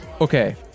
okay